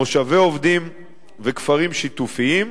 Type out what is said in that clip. מושבי עובדים וכפרים שיתופיים.